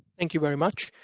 thank you very much.